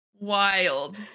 wild